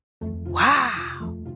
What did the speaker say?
Wow